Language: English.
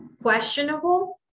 questionable